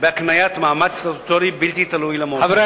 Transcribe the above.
בהקניית מעמד סטטוטורי בלתי תלוי למועצה, חברי